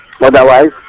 Otherwise